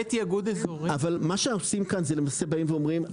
אבל מה שעושים כאן למעשה באים ואומרים,